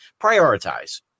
Prioritize